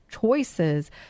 choices